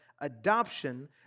adoption